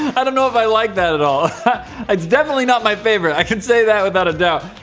i don't know if i like that at all it's definitely not my favorite. i can say that without a doubt,